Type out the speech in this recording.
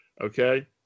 Okay